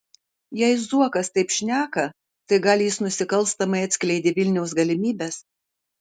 jei zuokas taip šneka tai gal jis nusikalstamai atskleidė vilniaus galimybes